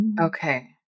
Okay